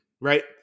right